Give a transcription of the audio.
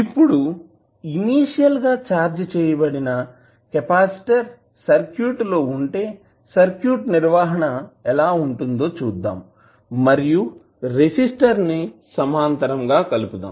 ఇప్పుడు ఇనీషియల్ గా ఛార్జ్ చేయబడిన కెపాసిటర్ సర్క్యూట్ లో ఉంటే సర్క్యూట్ నిర్వహణ ఎలా ఉంటుందో చూద్దాం మరియు రెసిస్టర్ ను సమాంతరం గా కలుపుదాం